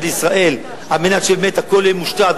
לישראל כדי שבאמת הכול יהיה מושתת,